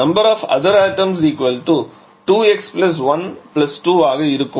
of other atoms 2x 1 2 ஆக இருக்கும்